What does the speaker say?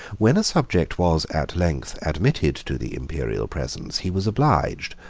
when a subject was at length admitted to the imperial presence, he was obliged,